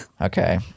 Okay